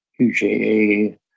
UJA